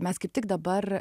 mes kaip tik dabar